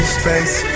space